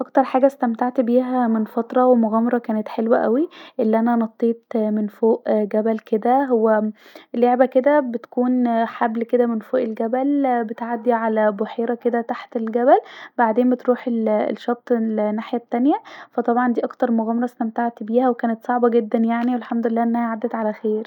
اكتر حاجه استمتعت بيها من فتره ومغامره كانت حلوه اوي الي انا نطيت من فوق جبل كدا هو لعبه كدا يتكون حبل من فوق الجبل وبتعدي علي بحيره كدا تحت الجبل بعدين بتروح الشط الناحيه التانيه ف طبعا دي اكتر مغامره استمتعت بيها وكانت صعبه جدا يعني والحمد لله انها عدت علي خير